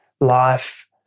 life